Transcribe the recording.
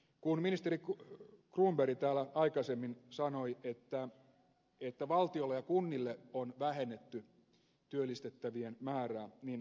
kun ministeri cronberg täällä aikaisemmin sanoi että valtiolla ja kunnilla on vähennetty työllistettävien määrää niin hän sanoi totuuden